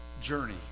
journey